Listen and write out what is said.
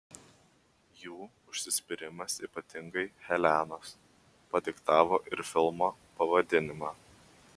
jų užsispyrimas ypatingai helenos padiktavo ir filmo pavadinimą